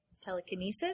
Telekinesis